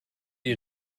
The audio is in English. you